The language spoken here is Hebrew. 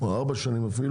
אפילו ארבע שנים,